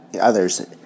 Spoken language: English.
others